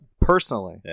Personally